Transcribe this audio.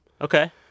Okay